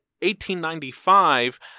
1895